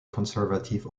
conservative